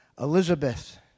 Elizabeth